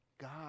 God